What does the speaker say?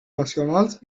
nacionals